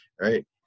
right